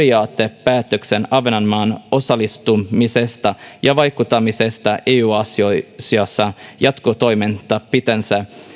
periaatepäätöksen ahvenanmaan osallistumisesta ja vaikuttamisesta eu asioissa jatkotoimenpiteenä